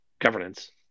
governance